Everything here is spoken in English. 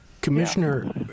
Commissioner